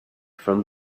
from